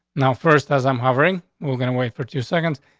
now first, as i'm hovering, we're gonna wait for two seconds,